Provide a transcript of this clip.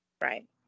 right